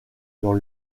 dans